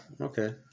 Okay